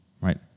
right